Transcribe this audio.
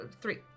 three